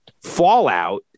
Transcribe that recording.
Fallout